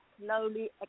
slowly